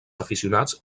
aficionats